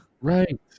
Right